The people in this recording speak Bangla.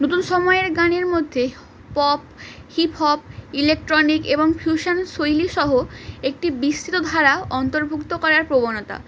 নতুন সময়ের গানের মধ্যে পপ হিপহপ ইলেকট্রনিক এবং ফিউশান শৈলী সহ একটি বিস্তৃত ধারা অন্তর্ভুক্ত করার প্রবণতা